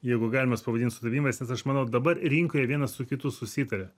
jeigu galim mes pavadint sutapimais nes aš manau dabar rinkoje vienas su kitu susitaria